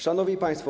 Szanowni Państwo!